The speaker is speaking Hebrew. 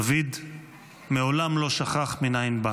דוד מעולם לא שכח מאין בא.